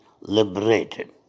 liberated